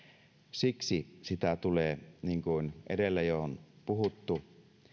siksi sitä pitää ratkaista monen ministeriön yhteistyönä niin kuin edellä jo on puhuttu